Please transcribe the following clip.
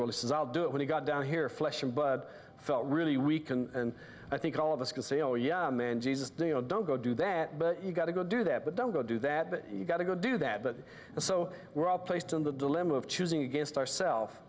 spiritual this is i'll do it when he got down here flesh and blood felt really weak and i think all of us can say oh yeah man jesus do you know don't go do that but you got to go do that but don't go do that but you got to go do that but so were all placed in the dilemma of choosing against